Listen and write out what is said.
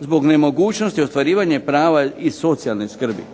zbog nemogućnosti ostvarivanja prava iz socijalne skrbi.